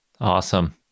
Awesome